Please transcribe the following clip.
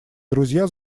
друзья